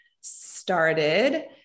started